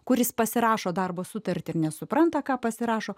kuris pasirašo darbo sutartį ir nesupranta ką pasirašo